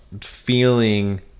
feeling